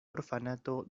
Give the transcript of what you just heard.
orfanato